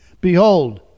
behold